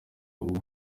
uwo